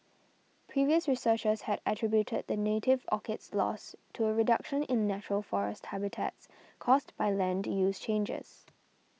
previous researchers had attributed the native orchid's loss to a reduction in natural forest habitats caused by land use changes